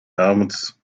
helmets